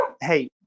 Hey